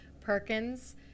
Perkins